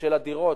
של העסקאות,